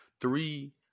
three